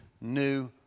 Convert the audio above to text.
new